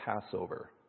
Passover